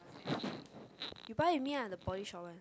you buy with me lah the body shower